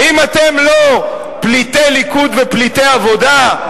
האם אתם לא פליטי ליכוד ופליטי עבודה?